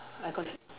I consi~